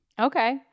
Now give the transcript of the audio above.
Okay